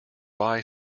buy